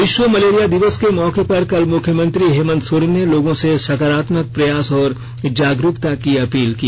विष्व मलेरिया दिवस के मौके पर कल मुख्यमंत्री हेमंत सोरेन ने लोगों से सकारात्मक प्रयास और जागरूकता की अपील की